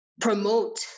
promote